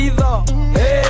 hey